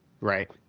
Right